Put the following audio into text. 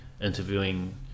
interviewing